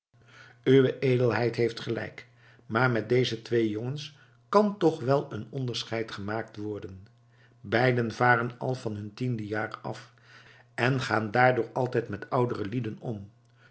uwe edelheid heeft gelijk maar met deze twee jongens kan toch wel een onderscheid gemaakt worden beiden varen al van hun tiende jaar af en gaan daardoor altijd met oudere lieden om